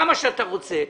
כמה שאתה רוצה,